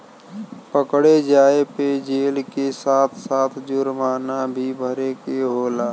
पकड़े जाये पे जेल के साथ साथ जुरमाना भी भरे के होला